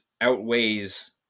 outweighs